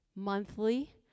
monthly